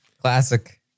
Classic